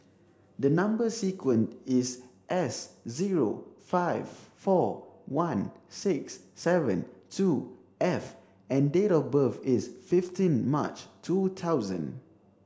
number sequence is S zero five four one six seven two F and date of birth is fifteen March two thousand